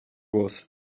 was